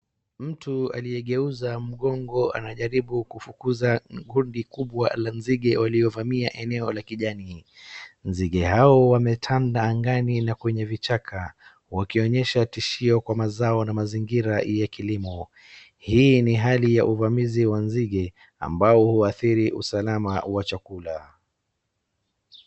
Mtu aliyegeuza mgongo anajaribu kuvukuza kundi kubwa la nzige waliovamia eneo la kijani. Nzige hao wametanda angani na kwenye vichaka wakionyesha tishio kwa mazao na mazingira ya kilimo. Hii ni hali wa uvamizi wa nzige ambao huadhiri usalama wa chakula.